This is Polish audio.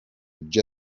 gdzie